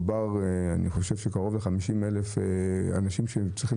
מדובר על קרוב ל-50,000 אנשים שצריכים